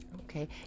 Okay